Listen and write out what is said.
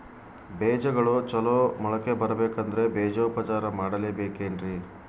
ಬೇಜಗಳು ಚಲೋ ಮೊಳಕೆ ಬರಬೇಕಂದ್ರೆ ಬೇಜೋಪಚಾರ ಮಾಡಲೆಬೇಕೆನ್ರಿ?